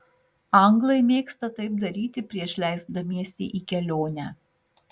anglai mėgsta taip daryti prieš leisdamiesi į kelionę